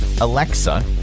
Alexa